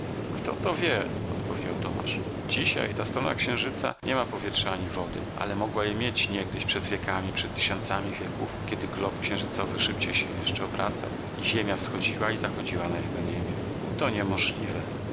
kto to wie odpowiedział tomasz dzisiaj ta strona księżyca nie ma powietrza ani wody ale mogła je mieć niegdyś przed wiekami przed tysiącami wieków kiedy glob księżycowy szybciej się jeszcze obracał i ziemia wschodziła i zachodziła na jego niebie to możliwe